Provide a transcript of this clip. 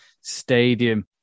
Stadium